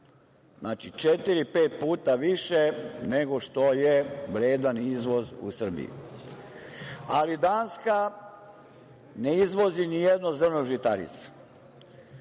četiri, pet puta više nego što je vredan izvoz u Srbiji. Ali, Danska ne izvozi nijedno zrno žitarica.